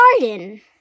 Garden